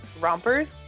rompers